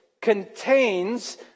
contains